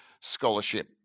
scholarship